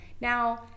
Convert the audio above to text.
now